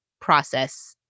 process